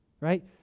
right